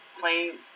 playing